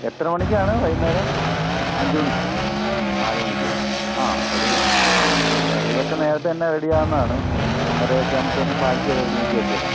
എത്ര മണിക്കാണ് വൈകുന്നേരം അഞ്ചുമണിക്കോ നാലുമണിക്ക് ആ ഒരു കടികളൊക്കെ നേരത്തെ തന്നെ റെഡിയാവുന്നതാണ് മൂന്ന് മൂന്നരയൊക്കെ ആകുമ്പോഴേക്കും പാക്ക് ചെയ്ത് റെഡിയാക്കി വെച്ചേക്കാം